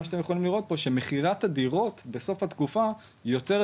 מה שאתם יכולים לראות פה שמכירת הדירות בסוף התקופה יוצרת